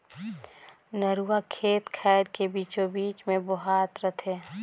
नरूवा खेत खायर के बीचों बीच मे बोहात रथे